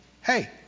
hey